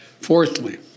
Fourthly